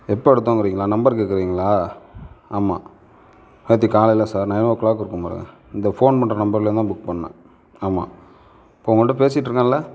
எப்போ எடுத்தோங்கிறீங்களா நம்பர் கேக்குறீங்களா ஆமாம் நேற்று காலையில் சார் நயன் ஓ கிளாக் இருக்கும் பாருங்க இந்த ஃபோன் பண்ற நம்பர்லயிருந்து தான் புக் பண்ணேன் ஆமாம் இப்போ உங்கள்கிட்ட பேசிகிட்டுருக்கேன்ல